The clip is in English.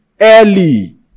early